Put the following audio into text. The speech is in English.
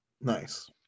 nice